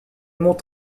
monte